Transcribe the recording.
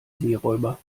seeräuber